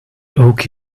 oak